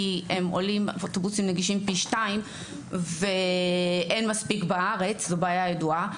כי הם עולים אוטובוסים נגישים פי שתיים ואין מספיק בארץ זו בעיה ידועה,